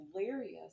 hilarious